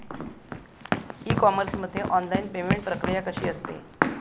E commerce मध्ये online payment प्रक्रिया कशी असते?